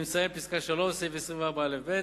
לפסקה (3): סעיף 24א(ב)